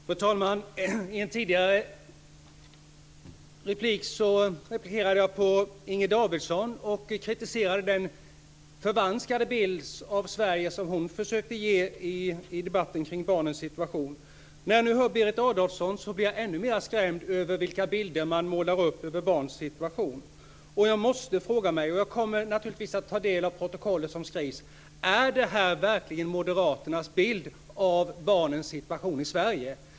Fru talman! I ett tidigare inlägg replikerade jag på Inger Davidson och kritiserade den förvanskade bild av Sverige som hon försökte ge i debatten om barnens situation. När jag nu hör Berit Adolfsson blir jag ännu mer skrämd över vilka bilder man målar upp över barns situation. Jag kommer naturligtvis att ta del av protokollet som skrivs. Jag frågar mig: Är detta verkligen moderaternas bild av barnens situation i Sverige?